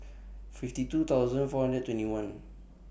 fifty two thousand four hundred and twenty one